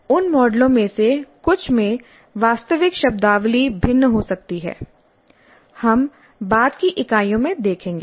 उन मॉडलों में से कुछ में वास्तविक शब्दावली भिन्न हो सकती है हम बाद की इकाइयों में देखेंगे